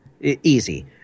easy